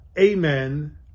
amen